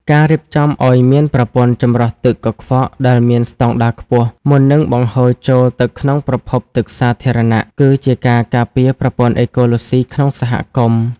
ការរៀបចំឱ្យមានប្រព័ន្ធចម្រោះទឹកកខ្វក់ដែលមានស្ដង់ដារខ្ពស់ មុននឹងបង្ហូរចូលទៅក្នុងប្រភពទឹកសាធារណៈ គឺជាការការពារប្រព័ន្ធអេកូឡូស៊ីក្នុងសហគមន៍។